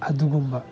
ꯑꯗꯨꯒꯨꯝꯕ